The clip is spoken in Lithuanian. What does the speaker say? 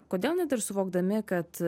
kodėl net ir suvokdami kad